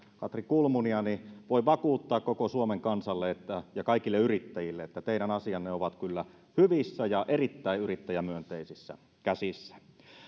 katri kulmunia voin vakuuttaa koko suomen kansalle ja kaikille yrittäjille että teidän asianne ovat kyllä hyvissä ja erittäin yrittäjämyönteisissä käsissä